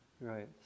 Right